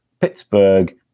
Pittsburgh